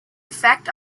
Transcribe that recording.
effect